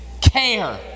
care